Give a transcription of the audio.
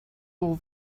all